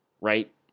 Right